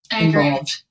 involved